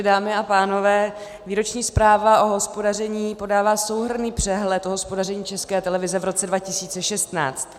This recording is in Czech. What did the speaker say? Dámy a pánové, výroční zpráva o hospodaření podává souhrnný přehled o hospodaření České televize v roce 2016.